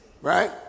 Right